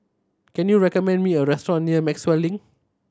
can you recommend me a restaurant near Maxwell Link